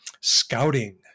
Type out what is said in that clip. scouting